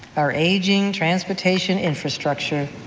our aging transportation infrastructure.